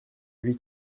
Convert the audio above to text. lui